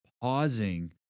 pausing